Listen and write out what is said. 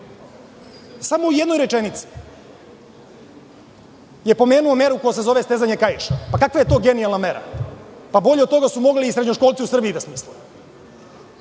Samo u jednoj rečenici je pomenuo meru koja se zove stezanje kaiša. Kakva je to genijalna mera? Bolje od toga su mogli i srednjoškolci u Srbiji da smisle.